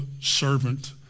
servant